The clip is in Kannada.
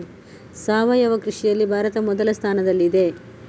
ಸಾವಯವ ಕೃಷಿಯಲ್ಲಿ ಭಾರತ ಮೊದಲ ಸ್ಥಾನದಲ್ಲಿದೆ